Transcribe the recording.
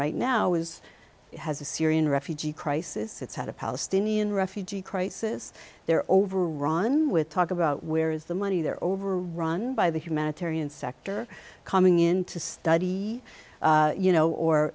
right now is has a syrian refugee crisis it's had a palestinian refugee crisis there over ron with talk about where is the money they're overrun by the humanitarian sector coming in to study you know